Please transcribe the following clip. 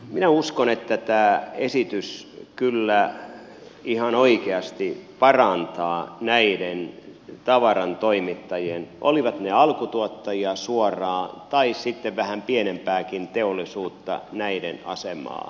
minä uskon että tämä esitys kyllä ihan oikeasti parantaa näiden tavarantoimittajien olivat ne alkutuottajia suoraan tai sitten vähän pienempääkin teollisuutta asemaa